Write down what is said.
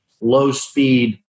low-speed